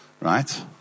right